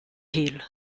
hill